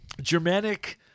Germanic